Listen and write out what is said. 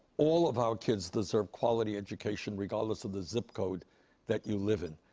all of our kids deserve quality education regardless of the zip code that you live in.